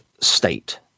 state